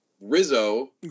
Rizzo